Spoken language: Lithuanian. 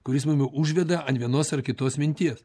kuris mane užveda ant vienos ar kitos minties